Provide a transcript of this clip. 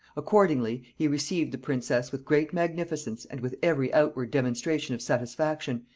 accordingly, he received the princess with great magnificence and with every outward demonstration of satisfaction,